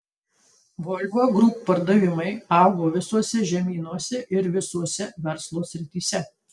volvo group pardavimai augo visose žemynuose ir visose verslo srityse